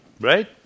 right